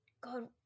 god